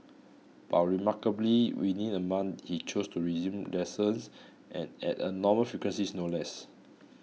but remarkably within a month he chose to resume lessons and at a normal frequencies no less